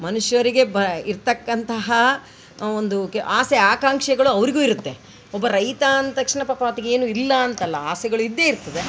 ಮನುಷ್ಯರಿಗೆ ಬ ಇರ್ತಕ್ಕಂತಹ ಒಂದು ಕೆ ಆಸೆ ಆಕಾಂಕ್ಷೆಗಳು ಅವರಿಗೂ ಇರುತ್ತೆ ಒಬ್ಬ ರೈತ ಅಂತಕ್ಷಣ ಪಾಪ ಆತಗೆ ಏನು ಇಲ್ಲ ಅಂತ ಅಲ್ಲ ಆಸೆಗಳು ಇದ್ದೆ ಇರ್ತದೆ